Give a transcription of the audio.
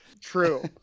true